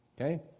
Okay